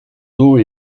dos